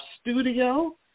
studio